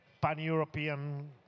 pan-European